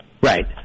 Right